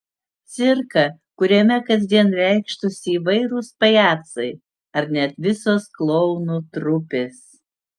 cirką kuriame kasdien reikštųsi įvairūs pajacai ar net visos klounų trupės